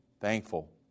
thankful